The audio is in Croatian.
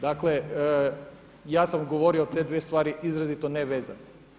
Dakle, ja sam govorio o te dvije stvari izrazito nevezano.